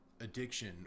addiction